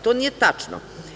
To nije tačno.